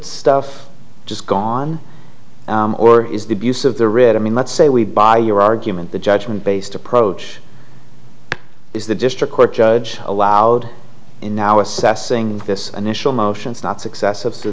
stuff just gone or is the abuse of the writ i mean let's say we buy your argument the judgment based approach is the district court judge allowed in now assessing this initial motions not successive through